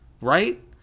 right